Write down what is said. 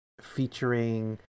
featuring